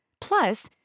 Plus